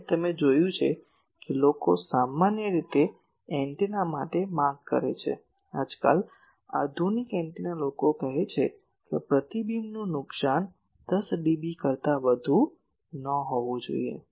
અને તમે જોયું છે કે લોકો સામાન્ય રીતે એન્ટેના માટે માંગ કરે છે આજકાલ આધુનિક એન્ટેના લોકો કહે છે કે પ્રતિબિંબનું નુકસાન 10 ડીબી કરતા વધુ ન હોવું જોઈએ